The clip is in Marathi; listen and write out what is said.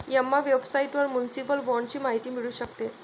एम्मा वेबसाइटवर म्युनिसिपल बाँडची माहिती मिळू शकते